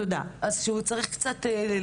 תודה עדנה,